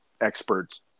experts